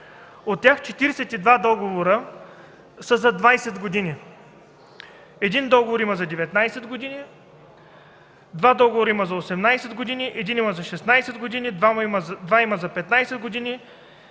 От тях 42 договора са за 20 години, има един договор за 19 години, два договора – за 18 години, един – за 16 години, два договора – за 15 години,